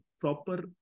proper